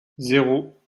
zéro